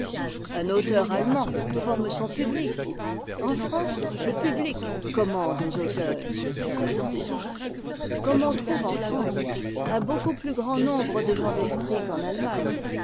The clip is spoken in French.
un auteur allemand forme son public en france le public commande aux auteurs comme on trouve en france un beaucoup plus grand nombre de gens d'esprit qu'en allemagne